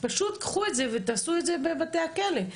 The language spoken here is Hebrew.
פשוט קחו את זה ותעשו את זה בבתי הכלא.